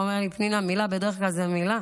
הוא אמר לי: פנינה, מילה בדרך כלל זה מילה,